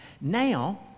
now